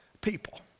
people